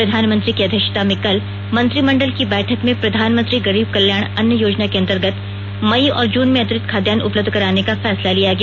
प्रधानमंत्री की अध्यक्षता में कल मंत्रिमंडल की बैठक में प्रधानमंत्री गरीब कल्याण अन्न योजना के अंतर्गत मई और जून में अतिरिक्त खाद्यान्न उपलब्ध कराने का फैसला लिया गया